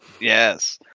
Yes